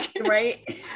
right